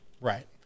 Right